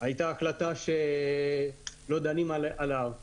הייתה החלטה שלא דנים עליה.